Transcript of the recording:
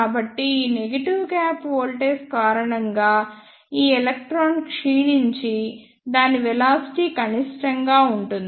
కాబట్టి ఈ negative gap voltage కారణంగా ఈ ఎలక్ట్రాన్ క్షీణించి దాని వెలాసిటీ కనిష్టంగా ఉంటుంది